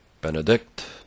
benedict